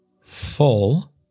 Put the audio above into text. full